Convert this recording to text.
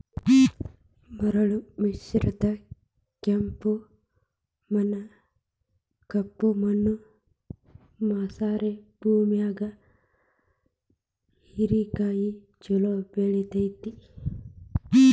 ಮರಳು ಮಿಶ್ರಿತ ಕೆಂಪು ಮಣ್ಣ, ಕಪ್ಪು ಮಣ್ಣು ಮಸಾರೆ ಭೂಮ್ಯಾಗು ಹೇರೆಕಾಯಿ ಚೊಲೋ ಬೆಳೆತೇತಿ